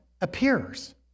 appears